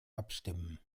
abstimmen